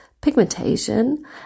pigmentation